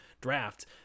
draft